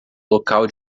local